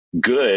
good